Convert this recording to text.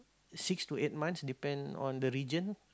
six to eight months depend on the region